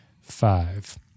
five